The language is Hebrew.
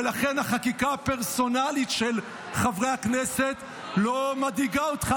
ולכן החקיקה הפרסונלית של חברי הכנסת לא מדאיגה אותך,